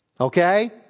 Okay